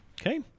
okay